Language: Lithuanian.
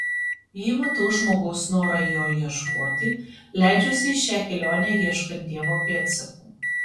jei matau žmogaus norą jo ieškoti leidžiuosi į šią kelionę ieškant dievo pėdsakų